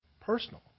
Personal